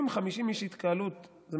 אם התקהלות של 50 איש זה מסוכן,